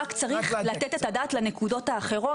רק צריך לתת את הדעת לנקודות האחרות